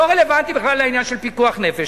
לא רלוונטי בכלל לעניין של פיקוח נפש.